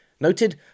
Noted